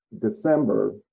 December